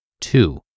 two